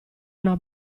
una